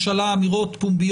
מבחינת ההיערכות של הציבור,